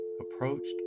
approached